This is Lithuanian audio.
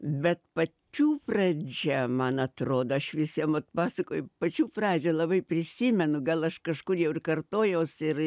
bet pačių pradžia man atrodo aš visiem vat pasakoju pačių pradžią labai prisimenu gal aš kažkur jau ir kartojuos ir